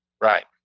Right